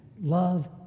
love